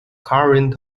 current